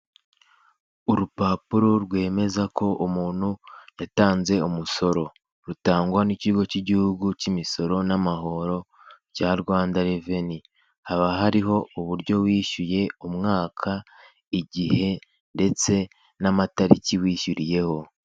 Urupapuro rwemeza ko umuntu yatanze umusoro, rutangwa n'ikigo cy'igihugu cy'imisoro n'amahoro bya Rwanda reveni, haba hariho uburyo wishyuye, umwaka, igihe ndetse n'amatariki wishyuriyeho.